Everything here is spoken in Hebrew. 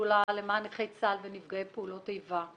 השדולה למען נכי צה"ל ונפגעי פעולות איבה,